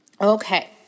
Okay